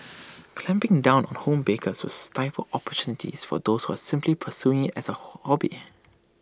clamping down on home bakers would stifle opportunities for those who simply pursuing IT as A hobby